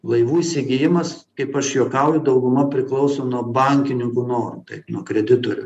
laivų segėjimas kaip aš juokauju dauguma priklauso nuo bankininkų norų taip nuo kreditorių